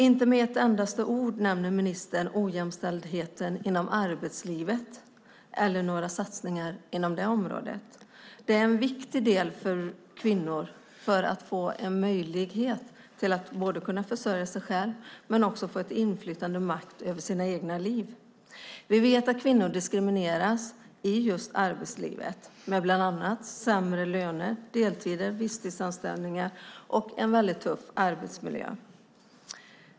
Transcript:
Inte med ett endaste ord nämner ministern ojämställdheten inom arbetslivet eller några satsningar på detta område. Det är en viktig del för att kvinnor ska få möjlighet att både försörja sig själva och få inflytande och makt över sina egna liv. Vi vet att kvinnor diskrimineras i just arbetslivet med bland annat sämre löner, deltider, visstidsanställningar och en väldigt tuff arbetsmiljö.